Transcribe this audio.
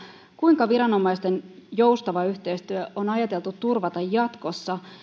kuinka viranomaisten joustava yhteistyö on ajateltu turvata jatkossa